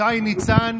שי ניצן,